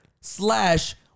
slash